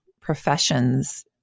professions